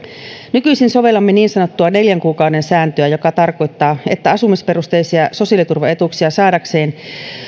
nykyisin sovellamme niin sanottua neljän kuukauden sääntöä joka tarkoittaa että asumisperusteisia sosiaaliturvaetuuksia saadakseen